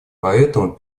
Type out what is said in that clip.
поэтому